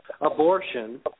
abortion